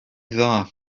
dda